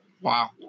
Wow